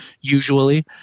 Usually